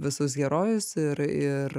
visus herojus ir ir